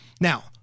now